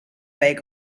week